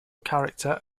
character